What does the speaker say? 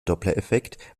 dopplereffekt